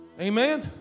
Amen